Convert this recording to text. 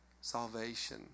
Salvation